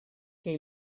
che